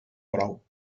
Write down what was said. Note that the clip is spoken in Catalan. brou